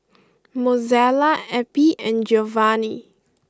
Mozella Eppie and Giovani